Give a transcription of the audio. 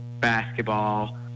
basketball